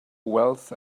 wealth